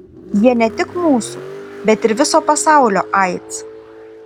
jie ne tik mūsų bet ir viso pasaulio aids